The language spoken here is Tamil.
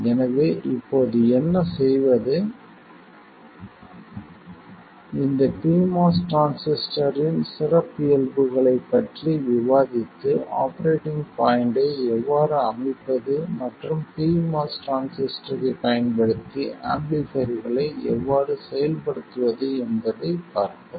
எனவே இப்போது என்ன செய்வது இந்த pMOS டிரான்சிஸ்டரின் சிறப்பியல்புகளைப் பற்றி விவாதித்து ஆபரேட்டிங் பாய்ண்ட்டை எவ்வாறு அமைப்பது மற்றும் pMOS டிரான்சிஸ்டரைப் பயன்படுத்தி ஆம்பிளிஃபைர்களை எவ்வாறு செயல்படுத்துவது என்பதைப் பார்ப்பது